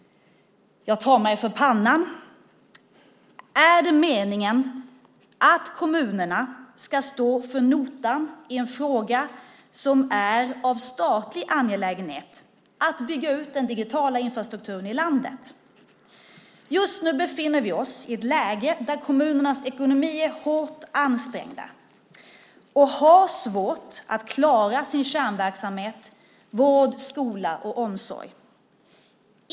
Jag tar mig för pannan! Är det meningen att kommunerna ska stå för notan när det gäller en statlig angelägenhet, nämligen utbyggnaden av den digitala infrastrukturen i landet? Just nu befinner vi oss i ett läge där kommunernas ekonomi är hårt ansträngd. Kommunerna har svårt att klara sin kärnverksamhet - vård, skola och omsorg.